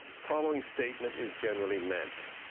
following statement is generally meant,